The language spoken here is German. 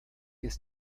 ist